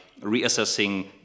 reassessing